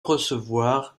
recevoir